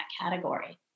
category